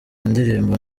indirimbo